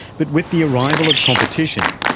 but with the arrival of competition,